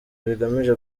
bigamije